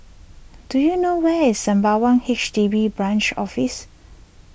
do you know where is Sembawang H D B Branch Office